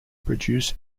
produce